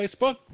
Facebook